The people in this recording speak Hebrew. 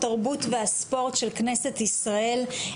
התרבות והספורט של כנסת ישראל.